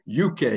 UK